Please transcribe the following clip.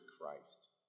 Christ